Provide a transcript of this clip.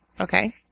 Okay